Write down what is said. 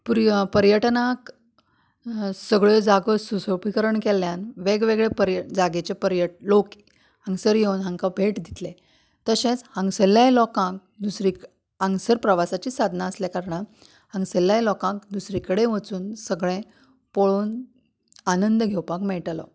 पुराय पर्यटकांक सगळो जागो सुशोभीकरण केल्ल्यान वेगवेगळे पर्य जाग्याचे पर्यट लोक हांगासर येवन हांकां भेट दितले तशेंच हांगासरल्यां लोकांक दुसरे हांगासर प्रवासाची साधनां आशिल्ल्या कारणान हांगासरल्या लोकांक दुसरे कडेन वचून सगळें पळोवन आनंद घेवपाक मेळटलो